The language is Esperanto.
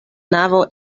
navo